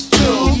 two